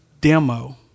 demo